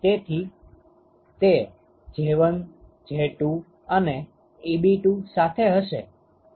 તેથી તે J1 J2 અને Eb2 સાથે હશે